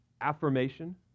affirmation